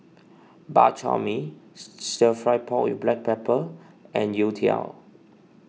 Bak Chor Mee Stir Fried Pork with Black Pepper and Youtiao